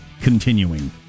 continuing